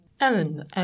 Ellen